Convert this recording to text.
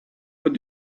what